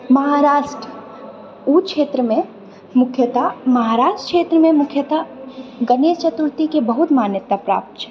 महाराष्ट्र उ क्षेत्रमे मुख्यतया महाराष्ट्र क्षेत्रमे मुख्यतया गणेश चतुर्थीके बहुत मान्यता प्राप्त छै